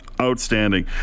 outstanding